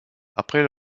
après